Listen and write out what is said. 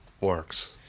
works